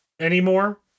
anymore